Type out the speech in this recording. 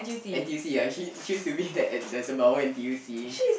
N_T_U_C ya she she used to be that at the Sembawang N_T_U_C